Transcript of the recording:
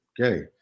okay